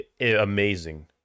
amazing